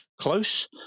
close